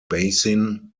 basin